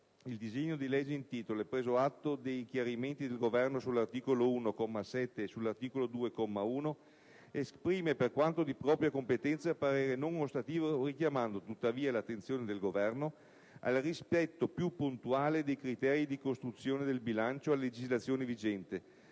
il disegno di legge in titolo e preso atto dei chiarimenti dei Governo sull'articolo 1, comma 7, e sull'articolo 2, comma 1, esprime, per quanto di propria competenza, parere non ostativo richiamando, tuttavia, l'attenzione del Governo al rispetto più puntuale dei criteri di costruzione del bilancio a legislazione vigente,